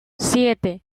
siete